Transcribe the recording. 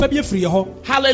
Hallelujah